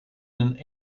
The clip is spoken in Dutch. een